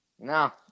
No